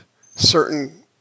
certain